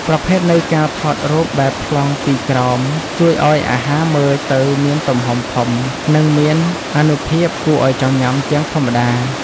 ប្រភេទនៃការថតរូបបែបប្លង់ពីក្រោម ជួយឱ្យអាហារមើលទៅមានទំហំធំ និងមានអានុភាពគួរឱ្យចង់ញ៉ាំជាងធម្មតា។